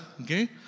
okay